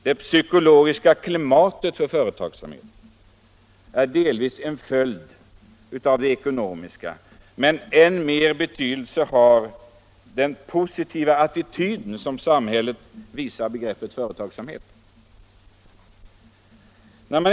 Det psykologiska klimatet för företagsamhet är delvis en följd av det ekonomiska, men än större betydelse har den attityd som samhället visar begreppet företagsamhet.